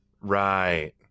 Right